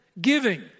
Giving